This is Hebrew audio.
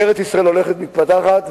ארץ-ישראל הולכת ומתפתחת,